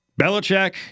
Belichick